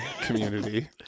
community